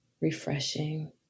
refreshing